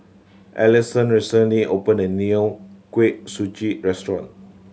Allison recently opened a new Kuih Suji restaurant